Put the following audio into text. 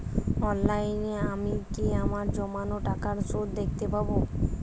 অনলাইনে আমি কি আমার জমানো টাকার সুদ দেখতে পবো?